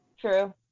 True